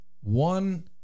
one